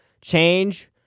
change